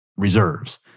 reserves